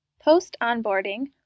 Post-onboarding